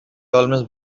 almost